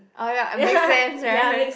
oh ya I'm very fast right